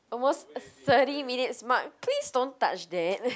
almost thirty minutes mark please don't touch that